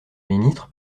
ministre